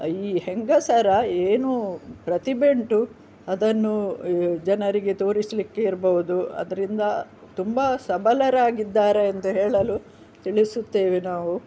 ಈ ಹೆಂಗಸರ ಏನು ಪ್ರತಿಭೆ ಉಂಟು ಅದನ್ನು ಜನರಿಗೆ ತೋರಿಸಲಿಕ್ಕೆ ಇರ್ಬೌದು ಅದರಿಂದ ತುಂಬಾ ಸಬಲರಾಗಿದ್ದಾರೆ ಎಂದು ಹೇಳಲು ತಿಳಿಸುತ್ತೇವೆ ನಾವು